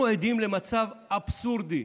אנחנו עדים למצב אבסורדי,